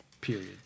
period